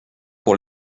pour